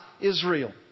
Israel